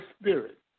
spirit